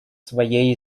своей